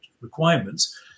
requirements